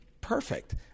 perfect